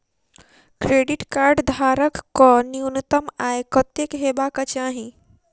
Credit card धारक कऽ न्यूनतम आय कत्तेक हेबाक चाहि?